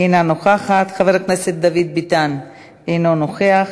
אינה נוכחת, חבר הכנסת דוד ביטן, אינו נוכח,